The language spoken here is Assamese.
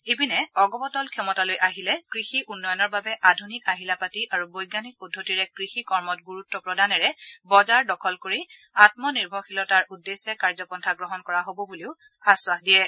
ইপিনে দলটো ক্ষমতালৈ আহিলে কৃষি উন্নয়নৰ বাবে আধুনিক আহিলাপাতি আৰু বৈজ্ঞানিক পদ্ধতিৰে কৃষি কৰ্মত গুৰুত্ব প্ৰদানেৰে বজাৰ দখল কৰি আম্ম নিৰ্ভৰশীলতাৰ উদ্দেশ্যে কাৰ্যপন্থা গ্ৰহণ কৰা হ'ব বুলিও আশ্বাস দিয়ে